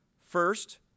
First